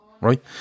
right